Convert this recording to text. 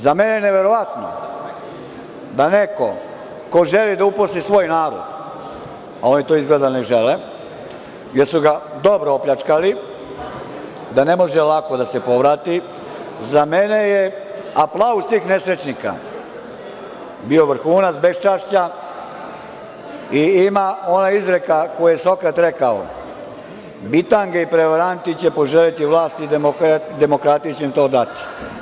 Za mene je neverovatno da neko ko želi da uposli svoj narod, a oni to izgleda ne žele, jer su ga dobro opljačkali, da ne može lako da se povrati, za mene je aplauz tih nesrećnika bio vrhunac beščašća i ima ona izreka koju je Sokrat rekao „bitange i prevaranti će poželeti vlast i demokratija će im to dati“